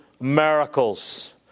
miracles